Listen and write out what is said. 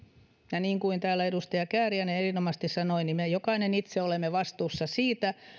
ja niin kuin täällä edustaja kääriäinen erinomaisesti sanoi me jokainen itse olemme vastuussa siitä